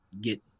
get